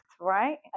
right